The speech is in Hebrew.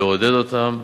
מעודד אותו,